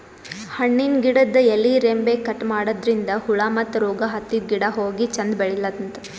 ಹಣ್ಣಿನ್ ಗಿಡದ್ ಎಲಿ ರೆಂಬೆ ಕಟ್ ಮಾಡದ್ರಿನ್ದ ಹುಳ ಮತ್ತ್ ರೋಗ್ ಹತ್ತಿದ್ ಗಿಡ ಹೋಗಿ ಚಂದ್ ಬೆಳಿಲಂತ್